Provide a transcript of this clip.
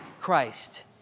Christ